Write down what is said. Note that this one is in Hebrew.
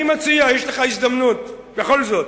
אני מציע, יש לך הזדמנות בכל זאת.